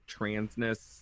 transness